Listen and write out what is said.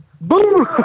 Boom